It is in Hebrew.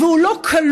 והוא לא כלוא,